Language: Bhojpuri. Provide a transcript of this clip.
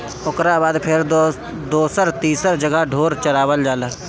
ओकरा बाद फेर दोसर तीसर जगह ढोर चरावल जाला